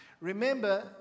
Remember